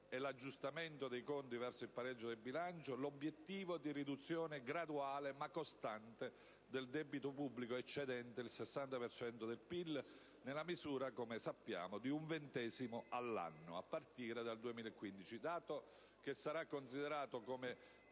e l'aggiustamento dei conti verso il pareggio del bilancio, l'obiettivo di riduzione graduale ma costante del debito pubblico eccedente il 60 per cento del PIL nella misura - come sappiamo - di un ventesimo all'anno a partire dal 2015, dato che sarà considerato come